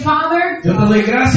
Father